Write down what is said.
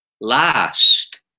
Last